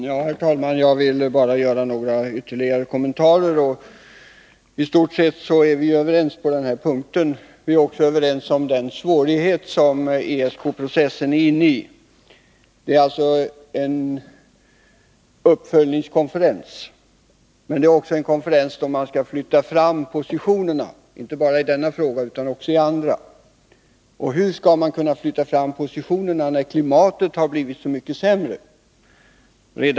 Herr talman! Jag vill bara göra några ytterligare kommentarer. I stort sett är vi överens när det gäller religionsfrihetsfrågan. Vi är också överens om de svårigheter som ESK-processen befinner sig i. ESK är en uppföljningskonferens. Man det är också en konferens där man vill flytta fram positionerna, inte bara i denna fråga utan också i andra. Och hur skall man kunna flytta fram positionerna när klimatet har blivit så mycket sämre?